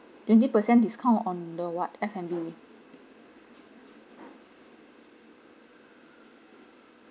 twenty percent discount on the what F&B